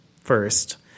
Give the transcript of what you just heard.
first